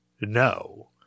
no